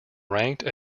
ranked